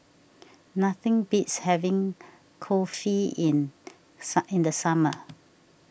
nothing beats having Kulfi in in the summer